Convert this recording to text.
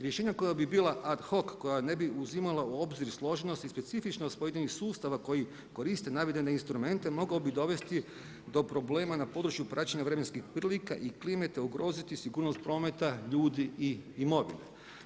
Rješenja koja bi bila ad hoc koja ne bi uzimala u obzir složenost i specifičnost pojedinih sustava koji koriste navedene instrumente mogao bi dovesti do problema na području praćenje vremenskih prilika i klime, te ugroziti sigurnost prometa, ljudi i imovine.